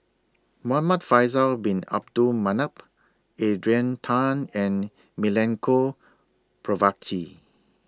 Muhamad Faisal Bin Abdul Manap Adrian Tan and Milenko Prvacki